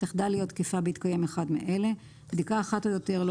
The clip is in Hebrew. תחדל להיות תקפה בהתקיים אחד מאלה: בדיקה אחת או יותר לא